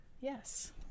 Yes